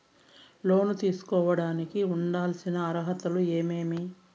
లోను తీసుకోడానికి ఉండాల్సిన అర్హతలు ఏమేమి?